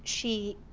she